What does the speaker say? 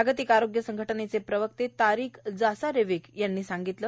जागतिक आरोग्य संघ नेचे प्रवक्ते तारिक जासारेविक यांनी सांगितले